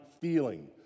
feeling